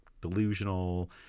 delusional